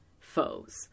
foes